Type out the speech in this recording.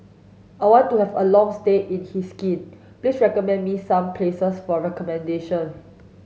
I want to have a long stay in Helsinki please recommend me some places for accommodation